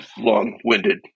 long-winded –